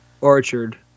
Orchard